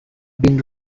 been